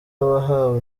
wahawe